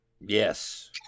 Yes